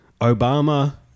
Obama